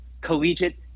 collegiate